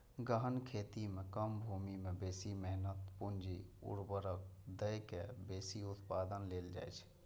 गहन खेती मे कम भूमि मे बेसी मेहनत, पूंजी, उर्वरक दए के बेसी उत्पादन लेल जाइ छै